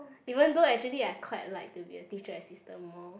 even though actually I quite like to be a teacher assistant more